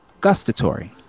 Gustatory